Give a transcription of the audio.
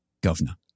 governor